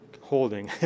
holding